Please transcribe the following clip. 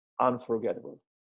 unforgettable